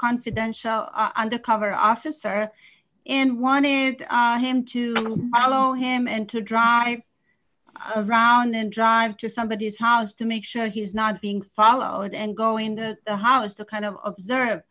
confidential undercover officer in one it are him to follow him and to drive around and drive to somebody is hard to make sure he's not being followed and go in the house to kind of observe